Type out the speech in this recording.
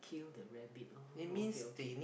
kill the rabbit oh okay okay